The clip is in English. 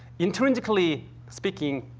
intrinsically speaking,